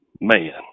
man